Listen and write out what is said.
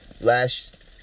last